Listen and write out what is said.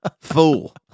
fool